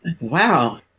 Wow